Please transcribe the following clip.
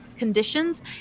Conditions